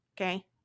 Okay